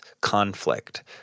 conflict